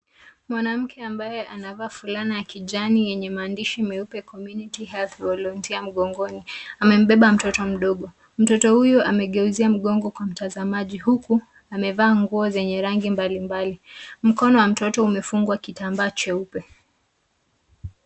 Mwanamke ambaye anavaa fulana ya kijani yenye maandishi meupe community health volunteer mgongoni. Amebeba mtoto mdogo. Mtoto huyo amegeuza mgongo kwa mtazamaji huku amevaa nguo zenye rangi mbalimbali. Mkono wa mtoto umefungwa kitambaa cheupe.